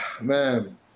Man